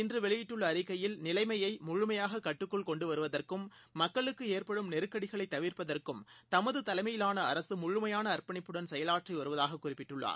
இன்றுவெளியிட்டுள்ள அறிக்கையில் நிலைமையைமுழுமையாககட்டுக்குள் கொண்டுவருவதற்கும் அவர் மக்களுக்குஏற்படும் நெருக்கடிகளைதவிா்பதற்கும் தமதுதலைமையிலானஅரசமுழுமையானஅர்ப்பணிப்புடன் செயலாற்றிவருவதாககுறிப்பிட்டுள்ளார்